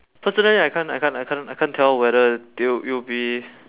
personally I can't I can't I can't I can't tell whether they'll it'll be